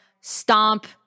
stomp